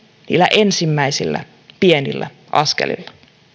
niillä ensimmäisillä pienillä askelilla